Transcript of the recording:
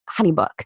HoneyBook